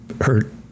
hurt